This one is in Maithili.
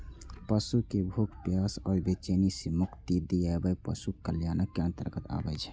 पशु कें भूख, प्यास आ बेचैनी सं मुक्ति दियाएब पशु कल्याणक अंतर्गत आबै छै